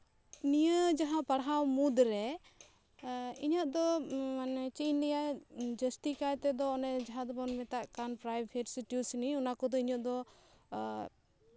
ᱱᱤᱭᱟᱹ ᱡᱟᱦᱟᱸ ᱯᱟᱲᱦᱟᱣ ᱢᱩᱫᱽᱨᱮ ᱤᱧᱟᱹᱜ ᱫᱚ ᱢᱟᱱᱮ ᱪᱮᱫ ᱤᱧ ᱞᱟᱹᱭᱟ ᱡᱟᱹᱥᱛᱤ ᱠᱟᱭᱛᱮ ᱫᱚ ᱡᱟᱦᱟᱸ ᱫᱚᱵᱚᱱ ᱢᱮᱛᱟᱜ ᱠᱟᱱ ᱯᱨᱟᱭᱵᱷᱮᱴ ᱥᱮ ᱴᱤᱭᱩᱥᱚᱱᱤ ᱚᱱᱟ ᱠᱚᱫᱚ ᱤᱧᱟᱹᱜ ᱫᱚ